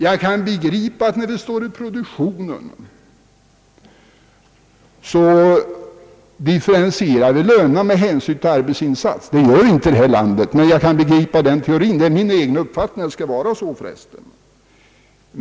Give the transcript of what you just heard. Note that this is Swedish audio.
Jag kan begripa att man för dem som står i produktionen differentierar lönerna med hänsyn till arbetsinsatsen. Det gör vi inte här i landet, men det är min uppfattning att det bör vara så.